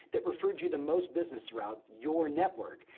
that referred you the most business throughout your network.